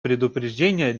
предупреждения